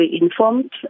informed